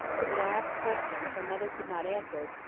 but would ask questions her mother could not answer,